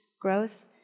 growth